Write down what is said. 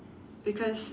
because